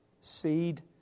seed